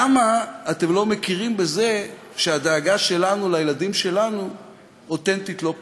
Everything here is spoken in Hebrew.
למה אתם לא מכירים בזה שהדאגה שלנו לילדים שלנו אותנטית לא פחות?